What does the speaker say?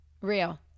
Real